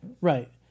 Right